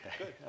Okay